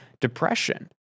depression